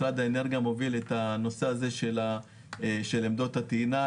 משרד האנרגיה מוביל את הנושא של עמודת הטעינה,